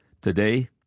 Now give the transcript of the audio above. Today